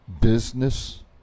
business